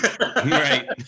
Right